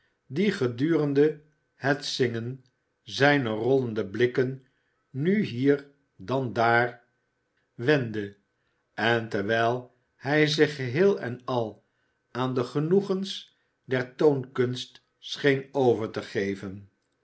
die gedurende het zingen zijne rollende blikken nu hier dan daar wendde en terwijl hij zich geheel en al aan de genoegens der toonkunst scheen over te geven